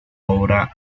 obra